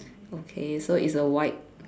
okay so it's a white